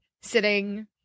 sitting